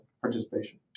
participation